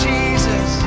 Jesus